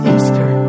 Easter